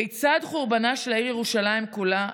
כיצד חורבנה של העיר ירושלים כולה,